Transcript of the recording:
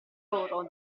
loro